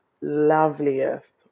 loveliest